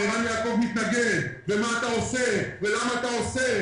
ערן יעקב מתנגד, ומה אתה עושה, ולמה אתה עושה?